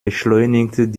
beschleunigt